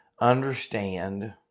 understand